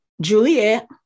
Juliet